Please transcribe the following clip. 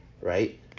right